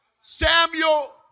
Samuel